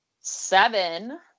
seven